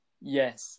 yes